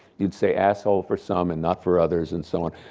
you'd say asshole for some and not for others and so on.